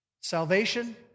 Salvation